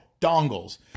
dongles